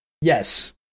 Yes